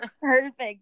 perfect